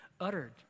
uttered